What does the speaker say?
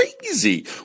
crazy